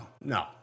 no